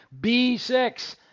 B6